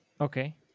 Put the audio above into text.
Okay